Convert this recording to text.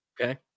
Okay